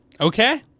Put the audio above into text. Okay